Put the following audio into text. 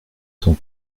son